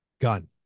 Gun